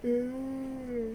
mm